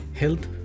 health